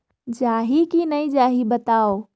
जाही की नइ जाही बताव?